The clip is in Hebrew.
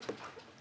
ממש.